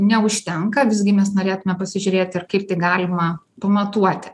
neužtenka visgi mes norėtume pasižiūrėt ir kaip galima pamatuoti